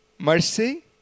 Mercy